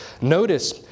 Notice